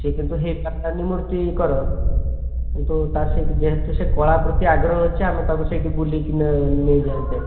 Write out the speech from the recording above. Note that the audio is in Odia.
ସିଏ କିନ୍ତୁ ହେଇ ପାରିଲାନି ମୂର୍ତ୍ତିକର କିନ୍ତୁ ତା'ର ସେଇଠୁ ଯେହେତୁ ସେ କଳା ପ୍ରତି ଆଗ୍ରହ ଅଛି ଆମେ ତା'କୁ ସେଇଠି ବୁଲାଇ କିନା ନେଇ ଯାଆନ୍ତେ